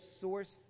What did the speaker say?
source